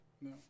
No